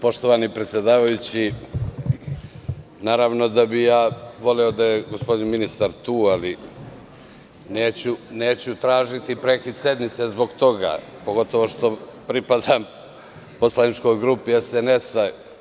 Poštovani predsedavajući, naravno da bih voleo da je gospodin ministar tu, ali neću tražiti prekid sednice zbog toga, pogotovo što pripadam poslaničkoj grupi SNS.